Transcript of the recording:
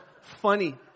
funny